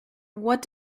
what